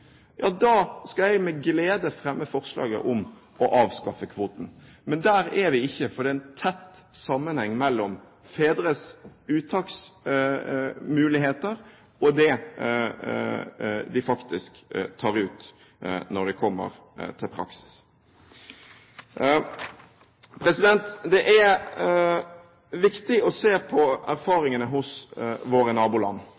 ja da skal jeg med glede fremme forslaget om å avskaffe kvoten. Men der er vi ikke, for det er en tett sammenheng mellom fedres uttaksmuligheter og det de faktisk tar ut i praksis. Det er viktig å se på